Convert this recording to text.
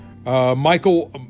Michael